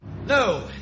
no